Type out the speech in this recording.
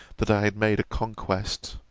that i had made a conquest.